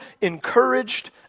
encouraged